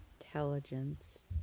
intelligence